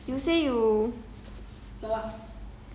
why you never give